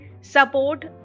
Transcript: Support